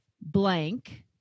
blank